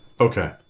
Okay